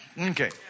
Okay